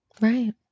Right